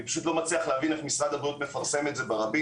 אני פשוט לא מבין איך משרד הבריאות מפרסם את זה ברבים.